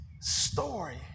story